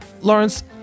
Lawrence